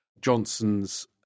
Johnson's